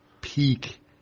peak